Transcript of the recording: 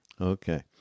Okay